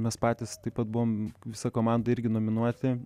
mes patys taip pat buvom visa komanda irgi nominuoti